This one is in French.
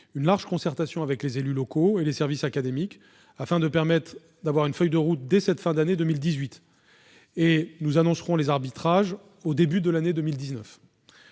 une large concertation avec les élus locaux et les services académiques, afin de permettre d'avoir une feuille de route dès la fin de l'année 2018. Nous annoncerons les arbitrages au début de l'année 2019.